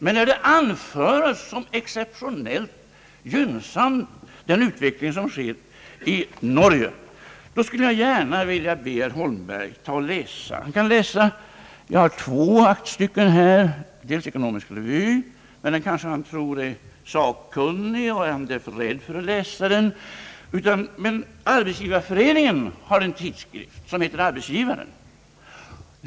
Men när den utveckling som sker i Norge betecknas som exceptionellt gynnsam, då skulle jag vilja be herr Holmberg läsa två aktstycken, nämligen Ekonomisk Revy — men den kanske han tror är sakkunnig och därför inte vågar läsa — samt Arbetsgivareföreningens tidskrift som heter Arbetsgivaren.